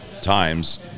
times